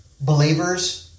believers